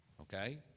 Okay